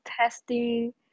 testing